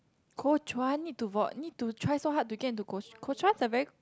Kuo Chuan need to vote need to try so hard to get into Kuo~ Kuo Chuan is a very